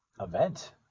event